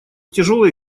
тяжелые